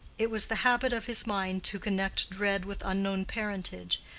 it was the habit of his mind to connect dread with unknown parentage,